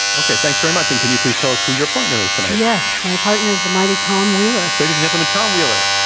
okay. thanks very much. and can you please tell us who your partner is tonight? yes. my partner is the mighty tom wheeler. ladies and gentlemen, tom wheeler.